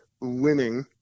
winning